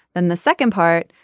then the second part.